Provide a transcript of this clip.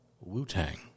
Wu-Tang